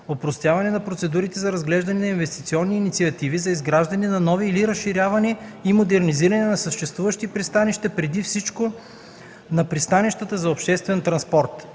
опростяване на процедурите за разглеждане на инвестиционни инициативи за изграждане на нови или разширяване и модернизиране на съществуващи пристанища, преди всичко на пристанищата за обществен транспорт.